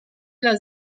las